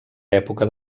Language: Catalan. època